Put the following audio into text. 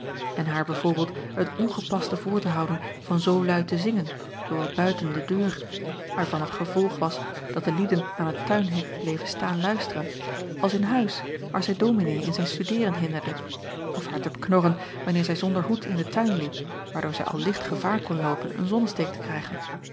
en haar b v het ongepaste voor te houden van zoo luid te zingen zoowel buiten de deur waarvan het gevolg was dat de lieden aan het tuinhek bleven staan luisteren als in huis waar zij ominee in zijn studeeren hinderde of haar te beknorren wanneer zij zonder hoed in den tuin liep waardoor zij al licht gevaar kon loopen een zonnesteek te krijgen